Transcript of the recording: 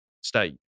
state